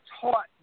taught